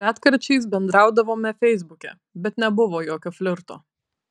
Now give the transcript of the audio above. retkarčiais bendraudavome feisbuke bet nebuvo jokio flirto